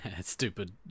Stupid